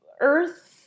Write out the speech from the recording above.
Earth